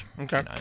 Okay